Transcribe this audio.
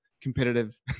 competitive